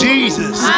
Jesus